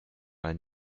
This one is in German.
mal